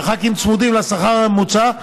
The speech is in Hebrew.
והח"כים צמודים לשכר הממוצע,